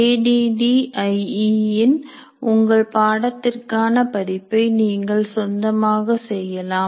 A D D I E இன் உங்கள் பாடத்திற்கான பதிப்பை நீங்கள் சொந்தமாக செய்யலாம்